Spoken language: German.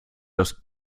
das